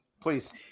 Please